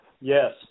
Yes